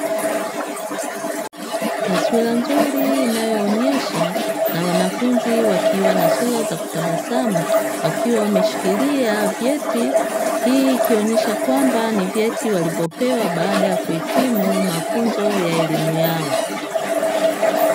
Taswira nzuri ikionyesha na wanafunzi wakiwa na sura za kutabasamu wakiwa wameshikilia vyeti. Hii ikionesha kwamba, ni vyeti walivyopewa baada ya kuhitimu mafunzo ya elimu yao.